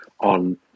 on